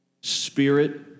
spirit